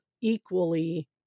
equally